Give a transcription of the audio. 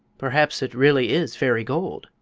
perhaps it really is fairy gold,